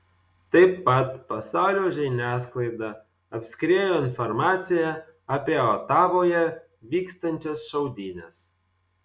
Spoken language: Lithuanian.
tai pat pasaulio žiniasklaidą apskriejo informacija apie otavoje vykstančias šaudynes